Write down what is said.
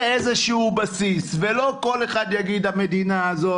איזה שהוא בסיס ולא כל אחד יגיד המדינה הזאת,